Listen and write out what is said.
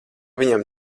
viņam